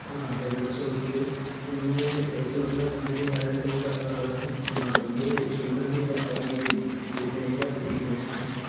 आ heavy बसें होती हैं उनों में ए सी वगैरह होने के कारण कई बार यह सुविधा नही दिया देते हैं कि आप खिड़की खोल सकें